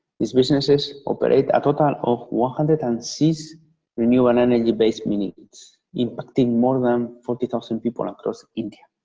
these businesses operate a total of one hundred and six renewal energy based mini-grids affecting more than forty thousand people across india.